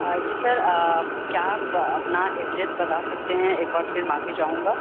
जी sir क्या आप अपना एड्रेस बता सकते हैं एक बार फिर माफ़ी चाहूंगा